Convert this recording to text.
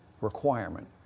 requirement